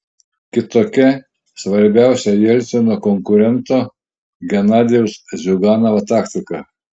kitokia svarbiausio jelcino konkurento genadijaus ziuganovo taktika